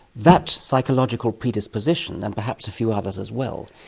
that psychological predisposition, and perhaps a few others as well,